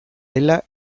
dela